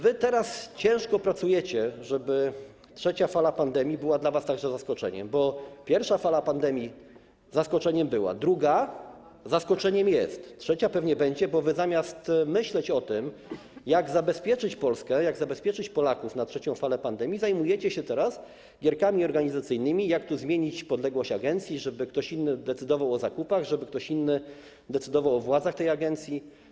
Wy teraz ciężko pracujecie, żeby trzecia fala pandemii była dla was także zaskoczeniem, bo pierwsza fala pandemii zaskoczeniem była, druga zaskoczeniem jest, trzecia pewnie będzie, bo wy zamiast myśleć o tym, jak zabezpieczyć Polskę, jak zabezpieczyć Polaków na trzecią falę pandemii, zajmujecie się teraz gierkami organizacyjnymi, jak tu zmienić podległość agencji, żeby ktoś inny decydował o zakupach, żeby ktoś inny decydował o władzach tej agencji.